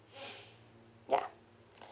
ya